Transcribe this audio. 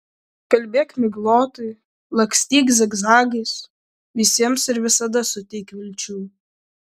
kalbėk miglotai lakstyk zigzagais visiems ir visada suteik vilčių